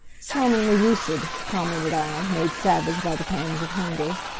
charmingly lucid, commented i, made savage by the pangs of hunger.